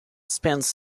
spends